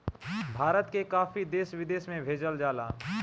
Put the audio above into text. भारत के काफी देश विदेश में भेजल जाला